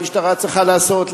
המשטרה צריכה לעשות,